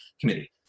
Committee